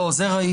לא, זה ראיתי.